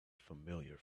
familiar